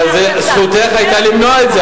אבל זכותך היתה למנוע את זה.